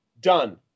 Done